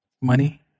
Money